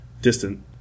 distant